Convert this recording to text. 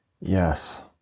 Yes